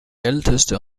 älteste